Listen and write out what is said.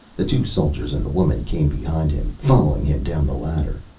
the two soldiers and the woman came behind him, following him down the ladder.